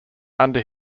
under